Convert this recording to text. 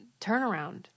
turnaround